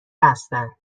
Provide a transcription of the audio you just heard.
هستن